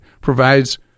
provides